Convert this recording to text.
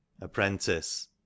apprentice